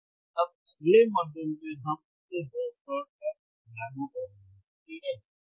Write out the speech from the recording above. और अब अगले मॉड्यूल में हम इसे ब्रेडबोर्ड पर लागू करेंगे ठीक है